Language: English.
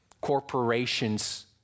Corporations